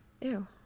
Ew